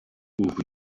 ouvre